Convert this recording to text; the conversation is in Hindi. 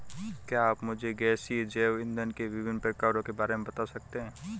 क्या आप मुझे गैसीय जैव इंधन के विभिन्न प्रकारों के बारे में बता सकते हैं?